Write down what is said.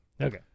Okay